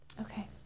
Okay